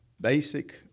basic